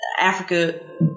Africa